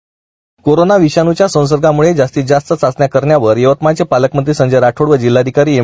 bite corona विषाणूच्या संसर्गाम्ळे जास्तीत जास्त चाचण्या करण्यावर यवतमाळचे पालकमंत्री संजय राठोड व जिल्हाधिकारी एम